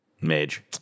Mage